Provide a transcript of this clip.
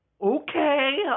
Okay